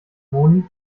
moni